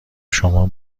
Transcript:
شما